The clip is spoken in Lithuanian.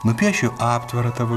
nupiešiu aptvarą tavo